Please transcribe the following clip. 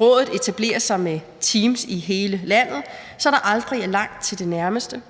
Rådet etablerer sig med teams i hele landet, så der aldrig er langt til det nærmeste.